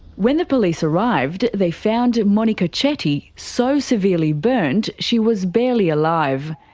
when the police arrived, they found monika chetty so severely burnt, she was barely alive.